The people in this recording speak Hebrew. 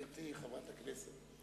גברתי חברת הכנסת.